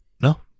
No